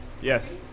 Yes